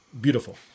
beautiful